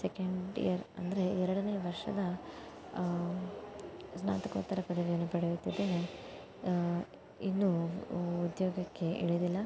second year ಅಂದರೆ ಎರಡನೇ ವರ್ಷದ ಸ್ನಾತಕೋತ್ತರ ಪದವಿಯನ್ನು ಪಡೆಯುತ್ತಿದ್ದೇನೆ ಇನ್ನೂ ಉದ್ಯೋಗಕ್ಕೆ ಇಳಿದಿಲ್ಲ